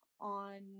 on